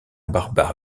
barbare